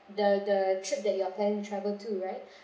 the the trip that you're plan to travel to right